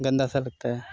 गंदा सा दिखता है